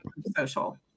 social